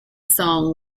song